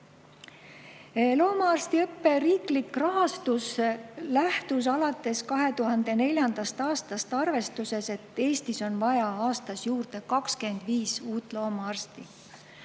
arvestamist. Loomaarstiõppe riiklik rahastus lähtus alates 2004. aastast arvestusest, et Eestis on vaja aastas juurde 25 uut loomaarsti.